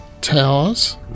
towers